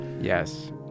Yes